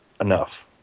enough